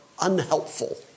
unhelpful